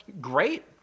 great